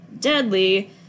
deadly